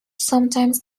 sometimes